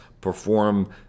perform